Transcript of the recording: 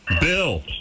Bill